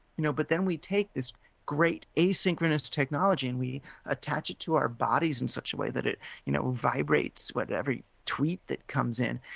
you know but then we take this great asynchronous technology and we attach it to our bodies in such a way that it you know vibrates with every tweet that comes in,